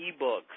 eBooks